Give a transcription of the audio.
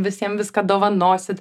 visiem viską dovanosit